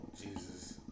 Jesus